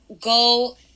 go